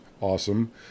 awesome